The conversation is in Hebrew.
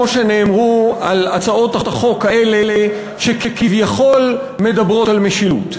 שנאמרו על הצעות החוק האלה שכביכול מדברות על משילות.